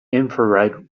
infrared